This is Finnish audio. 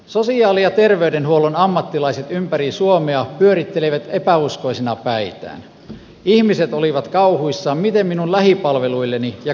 sosiaali ja terveydenhuollon ammattilaisia ympäri suomea pyörittelivät epäuskoisina päihittää ihmiset olivat kauhuissaan miten minun lähipalveluille mikä